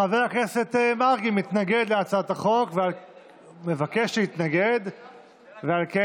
חבר הכנסת מרגי מבקש להתנגד להצעת החוק, על כן